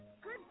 Good